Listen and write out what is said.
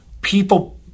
people